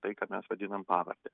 tai ką mes vadinam pavarde